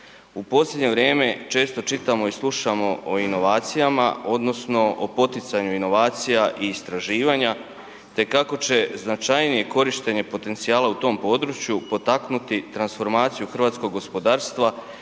U posljednje vrijeme, često čitamo i slušamo o inovacijama, odnosno o poticajnim inovacija i istraživanja te kako će značajnije korištenje potencijala u tom području potaknuti transformaciju hrvatskog gospodarstva